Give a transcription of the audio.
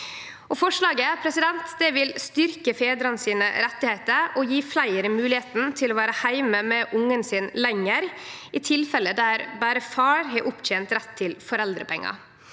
Forslaget vil styrkje fedrane sine rettar og gje fleire moglegheita til å vere heime med ungen sin lenger i tilfelle der berre far har opptent rett til foreldrepengar.